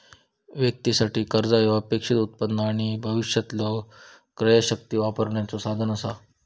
व्यक्तीं साठी, कर्जा ह्या अपेक्षित उत्पन्न आणि भविष्यातलो क्रयशक्ती वापरण्याचो साधन असा